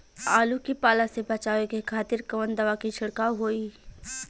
आलू के पाला से बचावे के खातिर कवन दवा के छिड़काव होई?